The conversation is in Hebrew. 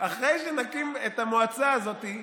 אחרי שנקים את המועצה הזאת,